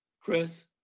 Chris